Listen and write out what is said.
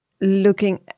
looking